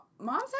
Mom's